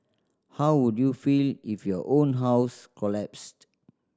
how would you feel if your own house collapsed